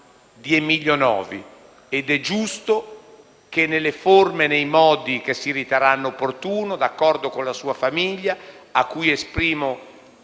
di Emiddio Novi ed è giusto che nelle forme e nei modi che si riterranno opportuni, d'accordo con la sua famiglia, a cui esprimo